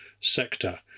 sector